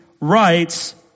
writes